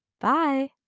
Bye